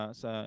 sa